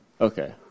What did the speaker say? Okay